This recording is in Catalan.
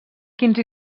quins